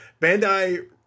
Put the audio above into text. bandai